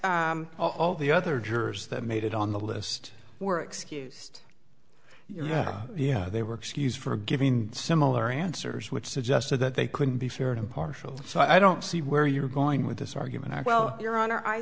but all the other jurors that made it on the list were excused yeah yeah they were excused for giving similar answers which suggested that they couldn't be fair and impartial so i don't see where you're going with this argument well your honor i